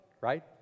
right